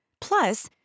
Plus